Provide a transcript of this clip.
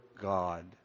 God